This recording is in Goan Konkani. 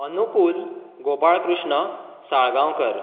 अनुकूल गोपाळकृष्ण साळगांवकर